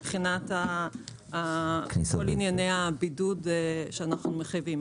מבחינת ענייני הבידוד שאנחנו מחייבים.